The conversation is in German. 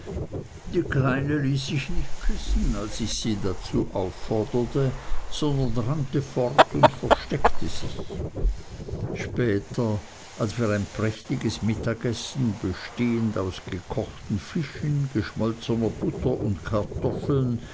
die kleine ließ sich nicht küssen als ich sie dazu aufforderte sondern rannte fort und versteckte sich später als wir ein prächtiges mittagessen bestehend aus gekochten fischen geschmolzener butter und kartoffeln